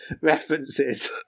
references